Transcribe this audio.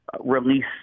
release